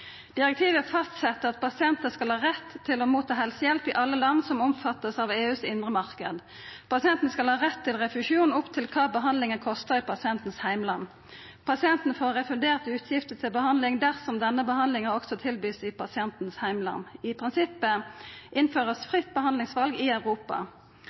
Direktivet fastset at pasientar skal ha rett til å ta imot helsehjelp i alle land som vert omfatta av EUs indre marknad. Pasienten skal ha rett til refusjon opp til kva behandlinga kostar i heimlandet til pasienten. Pasienten får refundert utgifter til behandling dersom denne behandlinga også vert tilbydd i heimlandet til pasienten. I prinsippet vert det innført fritt behandlingsval i Europa.